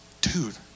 dude